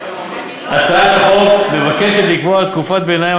הצעת החוק מבקשת לקבוע תקופות ביניים,